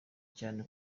cyane